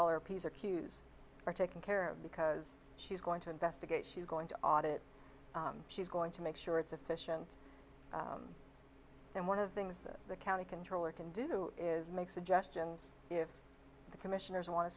all her piece are cues are taken care of because she's going to investigate she's going to audit she's going to make sure it's efficient and one of the things that the county controller can do is make suggestions if the commissioners want to